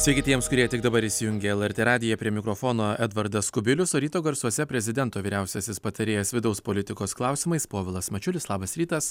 sveiki tiems kurie tik dabar įsijungė lrt radiją prie mikrofono edvardas kubilius o ryto garsuose prezidento vyriausiasis patarėjas vidaus politikos klausimais povilas mačiulis labas rytas